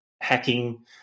Hacking